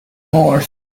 moors